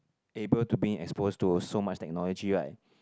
able to being exposed to so much technology right